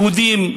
יהודים,